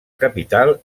capital